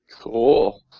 Cool